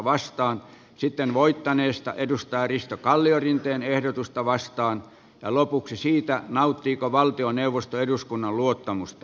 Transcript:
eduskunta katsoo että hallitus on alimitoittanut poliisin voimavarat ja heikentänyt ihmisten arjen turvallisuutta